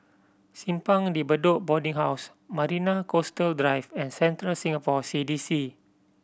Simpang De Bedok Boarding House Marina Coastal Drive and Central Singapore C D C